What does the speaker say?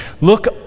Look